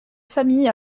famille